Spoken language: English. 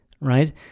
right